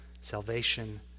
salvation